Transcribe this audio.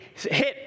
Hit